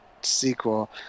sequel